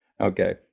Okay